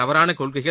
தவறான கொள்கைகள்